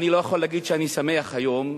אני לא יכול להגיד שאני שמח היום,